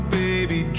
baby